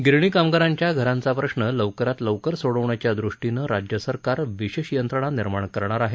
गिरणी कामगारांच्या घरांचा प्रश्न लवकरात लवकर सोडवण्याच्या दृष्टीनं राज्यसरकार विशेष यंत्रणा निर्माण करणार आहे